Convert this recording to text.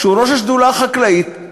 שהוא ראש השדולה החקלאית,